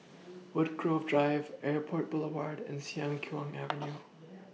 Woodgrove Drive Airport Boulevard and Siang Kuang Avenue